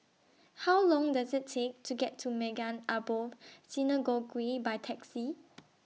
How Long Does IT Take to get to Maghain Aboth Synagogue By Taxi